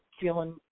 feeling